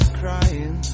crying